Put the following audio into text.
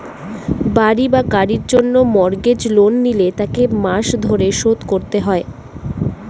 বাড়ি বা গাড়ির জন্য মর্গেজ লোন নিলে তাকে মাস ধরে শোধ করতে হয়